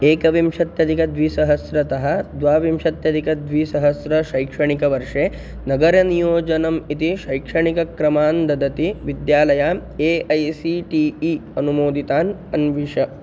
एकविंशत्यधिकद्विसहस्रतः द्वाविंशत्यदिकद्विसहस्रे शैक्षणिकवर्षे नगरनियोजनम् इति शैक्षणिकक्रमान् ददति विद्यालयान् A I C T E अनुमोदितान् अन्विष